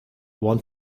want